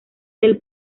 del